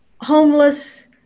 homeless